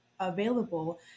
available